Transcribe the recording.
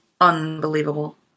unbelievable